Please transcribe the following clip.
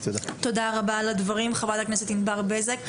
תודה רבה על הדברים חברת הכנסת ענבר בזק.